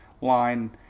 line